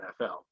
NFL